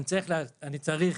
אני צריך